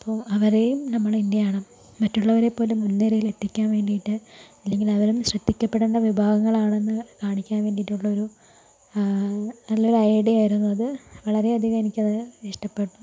അപ്പോൾ അവരെയും നമ്മളെന്ത് ചെയ്യണം മറ്റുള്ളവരെ പോലെ മുൻ നിരയിലെത്തിക്കാൻ വേണ്ടീട്ട് അല്ലെങ്കിൽ അവരും ശ്രദ്ധിക്കപ്പെടണ്ട വിഭാഗങ്ങളാണെന്ന് കാണിക്കാൻ വേണ്ടീട്ടുള്ളൊരു നല്ലൊരു ഐഡിയ ആയിരുന്നു അത് വളരേയധികം എനിക്കത് ഇഷ്ട്ടപ്പെട്ടു